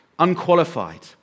Unqualified